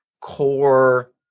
core